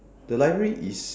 the library is